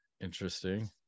interesting